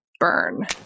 Burn